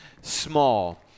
small